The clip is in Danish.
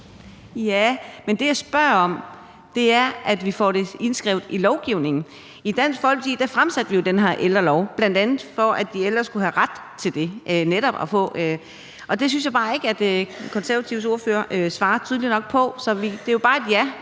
Ja, men det, jeg spørger om, er her, at vi får det indskrevet i lovgivningen. Dansk Folkeparti fremsatte jo det her forslag til ældrelov, bl.a. fordi de ældre netop skulle have ret til klippekortordningen. Det synes jeg bare ikke De Konservatives ordfører svarede tydeligt nok på, for det kræver jo bare et